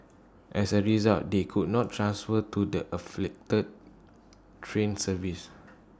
as A result they could not transfer to the afflicted train services